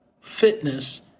fitness